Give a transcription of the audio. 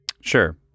Sure